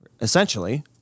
essentially